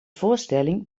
voorstelling